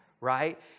Right